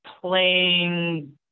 playing